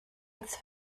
als